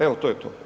Evo, to je to.